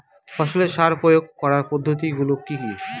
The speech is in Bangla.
ফসলের সার প্রয়োগ করার পদ্ধতি গুলো কি কি?